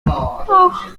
och